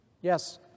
Yes